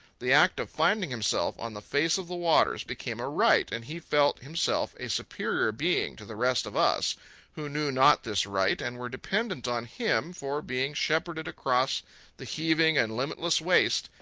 the act of finding himself on the face of the waters became a rite, and he felt himself a superior being to the rest of us who knew not this rite and were dependent on him for being shepherded across the heaving and limitless waste,